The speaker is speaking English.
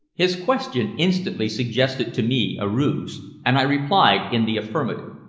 his question instantly suggested to me a ruse, and i replied in the affirmative.